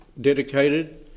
dedicated